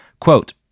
Quote